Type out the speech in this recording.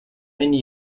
many